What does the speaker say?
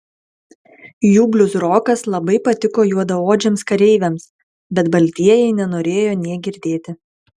jų bliuzrokas labai patiko juodaodžiams kareiviams bet baltieji nenorėjo nė girdėti